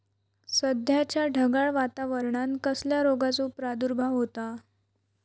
सध्याच्या ढगाळ वातावरणान कसल्या रोगाचो प्रादुर्भाव होता?